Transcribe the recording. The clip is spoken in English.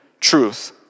truth